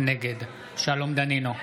נגד שלום דנינו,